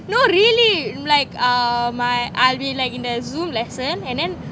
no really like uh my uh in the zoom lesson and then